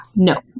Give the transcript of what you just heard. No